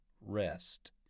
rest